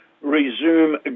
resume